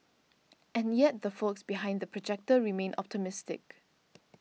and yet the folks behind The Projector remain optimistic